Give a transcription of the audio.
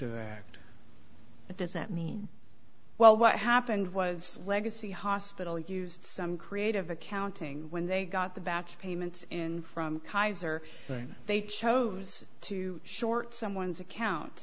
but does that mean well what happened was legacy hospital used some creative accounting when they got the back payment and from kaiser they chose to short someone's account